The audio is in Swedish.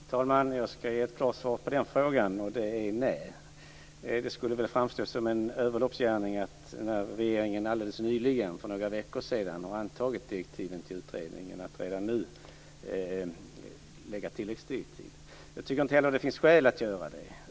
Fru talman! Jag skall ge ett klart svar på den frågan, och det är nej. Det skulle framstå som en överloppsgärning att redan nu, när regeringen alldeles nyligen antagit direktiven till utredningen, lägga till tilläggsdirektiv. Jag tycker inte heller att det finns skäl att göra det.